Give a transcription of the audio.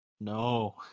No